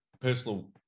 personal